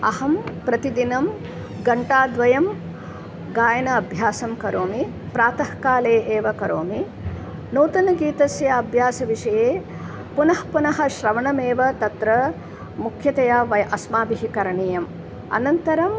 अहं प्रतिदिनं घण्टाद्वयं गायनाभ्यासं करोमि प्रातःकाले एव करोमि नूतनगीतस्य अभ्यासविषये पुनः पुनः श्रवणमेव तत्र मुख्यतया व अस्माभिः करणीयम् अनन्तरम्